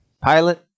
pilot